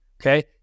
Okay